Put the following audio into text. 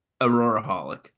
Aurora-holic